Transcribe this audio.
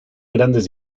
grandes